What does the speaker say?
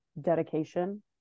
dedication